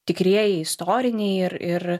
tikrieji istoriniai ir ir